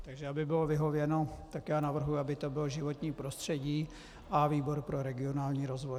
Takže aby bylo vyhověno, navrhuji, aby to bylo životní prostředí a výbor pro regionální rozvoj.